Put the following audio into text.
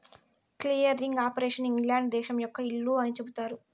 clearing operation England దేశం యొక్క ఇల్లు అని చెబుతారు